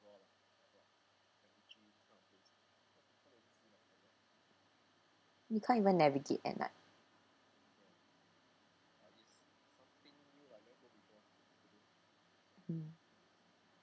you can't even navigate at night mm